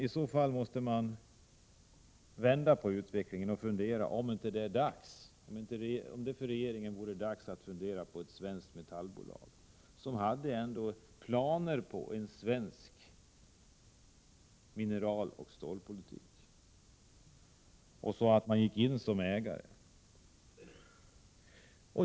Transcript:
I så fall måste utvecklingen vändas och regeringen fundera på om det inte är dags att bilda ett svenskt metallbolag, med planer på en svensk mineraloch stålpolitik, i vilket staten kan gå in som ägare.